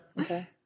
okay